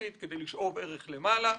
אגרסיבית כדי לשאוב ערך למעלה,